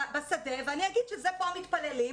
בשדה ואני אגיד שפה מתפללים,